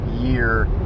year